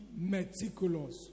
meticulous